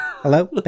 Hello